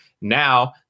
Now